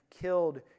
killed